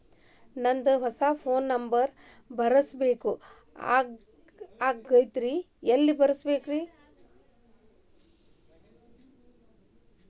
ನಂದ ಹೊಸಾ phone number ಬರಸಬೇಕ್ ಆಗೈತ್ರಿ ಎಲ್ಲೆ ಬರಸ್ಬೇಕ್ರಿ?